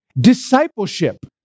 Discipleship